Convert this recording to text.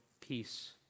peace